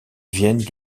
viennent